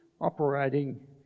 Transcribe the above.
operating